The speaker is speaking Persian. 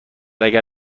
اگر